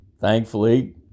Thankfully